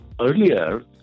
earlier